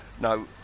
no